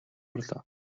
орлоо